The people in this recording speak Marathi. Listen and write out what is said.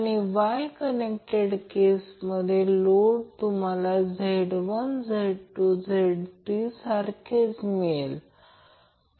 मी फक्त एक गोष्ट सांगतो जेव्हा an म्हणतो तेव्हा टर्मिनल a पॉझिटिव्ह घ्यावे आणि n टर्मिनल निगेटिव्ह घ्यावे